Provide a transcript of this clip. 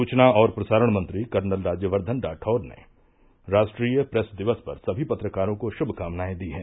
सूचना और प्रसारण मंत्री कर्नल राज्यवर्द्वन रावौड़ ने राष्ट्रीय प्रेस दिवस पर सभी पत्रकारों को शुभकामनाएं दी हैं